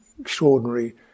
extraordinary